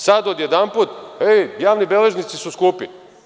Sada odjedanput, e, javni beležnici su skupi.